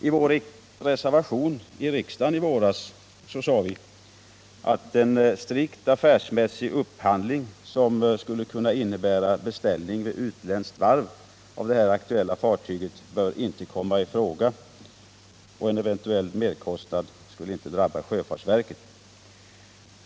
I vår reservation i rikdagen i våras sade vi att en strikt affärsmässig upphandling — som skulle kunna innebära beställning av det aktuella fartyget vid utländskt varv — inte bör komma i fråga och att en eventuell merkostnad inte skulle få drabba sjöfartsverket.